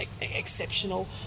exceptional